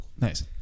Nice